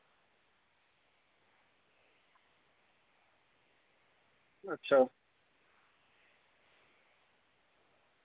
अच्छा